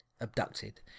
abducted